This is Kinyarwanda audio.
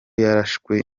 yarashwe